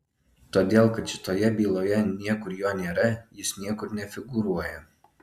todėl kad šitoje byloje niekur jo nėra jis niekur nefigūruoja